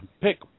Pick